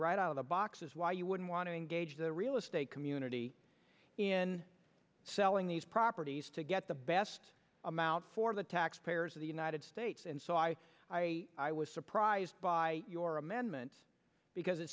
right out of the box is why you wouldn't want to engage the real estate community in selling these properties to get the best amount for the taxpayers of the united states and so i i i was surprised by your amendment because it